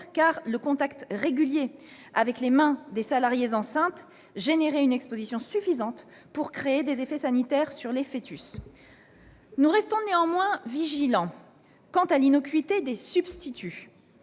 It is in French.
car le contact régulier avec les mains des salariées enceintes générait une exposition suffisante pour créer des effets sanitaires sur les foetus. Nous restons néanmoins vigilants quant à l'innocuité des substituts.